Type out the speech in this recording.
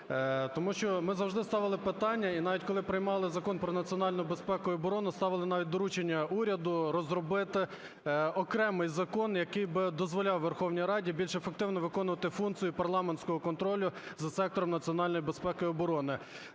Тому що ми завжди ставили питання, і навіть коли приймали Закон про національну безпеку і оборону, ставили навіть доручення уряду розробити окремий закон, який би дозволяв Верховній Раді більш ефективно виконувати функцію парламентського контролю за сектором національної безпеки і оборони.